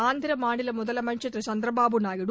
ஆந்திர மாநில முதலமைச்ச் திரு சந்திரபாபு நாயுடு